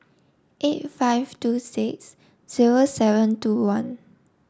eight five two six zero seven two one